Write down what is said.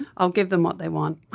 i'll give them what they want.